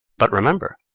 but remember,